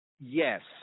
Yes